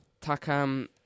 Takam